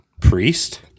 priest